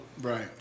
Right